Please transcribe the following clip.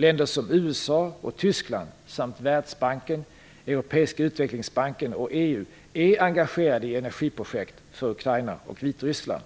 Länder som USA och Tyskland samt Världsbanken, Europeiska utvecklingsbanken och EU är engagerade i energiprojekt för Ukraina och Vitryssland.